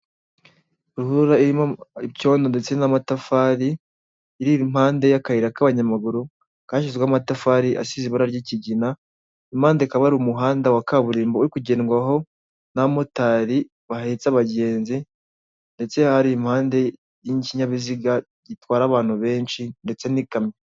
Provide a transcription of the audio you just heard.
Ruhurura irimo icyondo ndetse n'amatafari iri impande y'akayira k'abanyamaguru kashyizweho amatafari asize ibara ry'ikigina, impande hakaba hari umuhanda wa kaburimbo uri kugendwaho n'abamotari bahetse abagenzi, ndetse hari impande y'ikinyabiziga gitwara abantu benshi ndetse n'ikamyo.